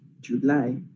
July